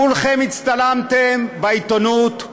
כולכם הצטלמתם בעיתונות,